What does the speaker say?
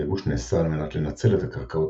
הייבוש נעשה על מנת לנצל את הקרקעות